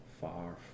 far